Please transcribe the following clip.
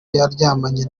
yaryamanye